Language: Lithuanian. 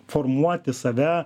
formuoti save